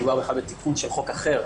מדובר בכלל בתיקון של חוק אחר,